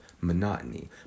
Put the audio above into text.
monotony